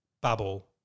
Bubble